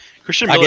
Christian